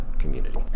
community